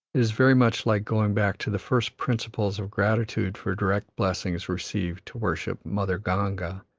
is very much like going back to the first principles of gratitude for direct blessings received to worship mother ganga,